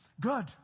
Good